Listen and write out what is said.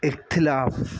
इख़्तिलाफ़ु